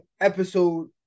episode